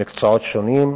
במקצועות שונים,